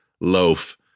loaf